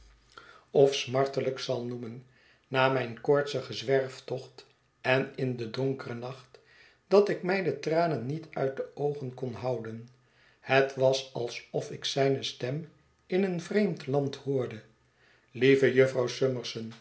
of smartelijk zal noemen na mijn koortsigen zwerftocht en in den donkeren nacht dat ik mij de tranen niet uit de oogen kon houden het was alsof ik zijne stem in een vreemd land hoorde lieve jufvrouw summerson